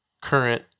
current